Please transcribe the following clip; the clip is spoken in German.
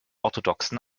orthodoxen